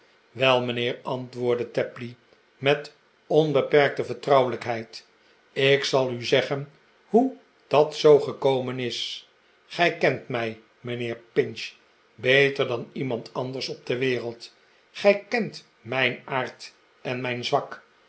wel mijnheer antwoordde tapley met onbeperkte vertrouwelijkheict ik zal u zeggen hoe dat zoo gekomen is gij kent mij mijnheer pinch beter dan iemand anders op de wereld gij kent mijn aard en mijn zwak